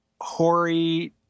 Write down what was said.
hoary